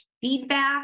feedback